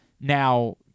Now